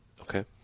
Okay